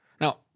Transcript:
Now